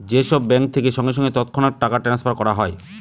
যে সব ব্যাঙ্ক থেকে সঙ্গে সঙ্গে তৎক্ষণাৎ টাকা ট্রাস্নফার করা হয়